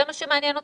זה מה שמעניין אותי.